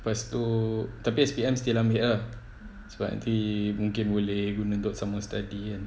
lepas tu tapi S_P_M still ambil lah sebab nanti mungkin boleh guna untuk summer study kan